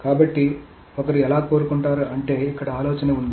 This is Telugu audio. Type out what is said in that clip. కాబట్టి ఒకరు ఎలా కోలుకుంటారు అంటే ఇక్కడ ఆలోచన ఉంది